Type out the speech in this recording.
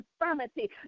infirmity